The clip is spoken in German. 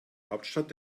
hauptstadt